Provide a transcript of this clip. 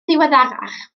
ddiweddarach